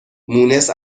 مونس